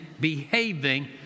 behaving